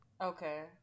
Okay